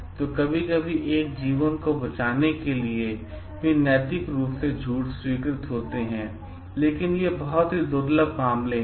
तो कभी कभी एक जीवन को बचाने के लिए नैतिक रूप से झूठ स्वीकृत होते हैं लेकिन ये बहुत दुर्लभ मामले हैं